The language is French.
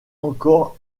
encore